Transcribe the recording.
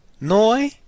Noi